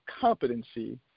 competency